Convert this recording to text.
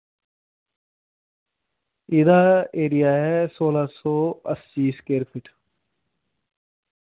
एह्दा एरिया ऐ सोलां सौ अस्सी स्कूएयर फिट